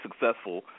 successful